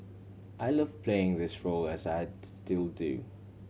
I love playing this role as I still do